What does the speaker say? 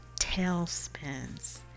tailspins